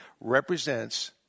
represents